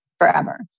forever